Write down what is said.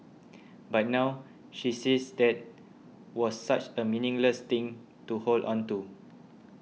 but now she says that was such a meaningless thing to hold on to